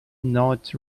not